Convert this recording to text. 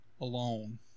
alone